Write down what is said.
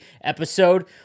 episode